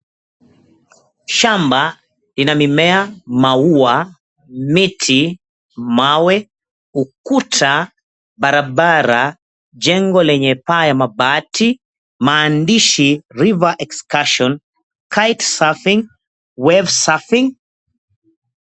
Shamba ina mimea, maua, miti, mawe, ukuta, barabara, jengo yenye paa la mabati, maandishi, " River excursion, kite surfing, wave surfing ."